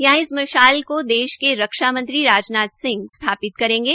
यहां इस मशाल को देश के रक्षा मंत्री राजनाथ सिंह स्थापित करेंगे